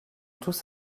tous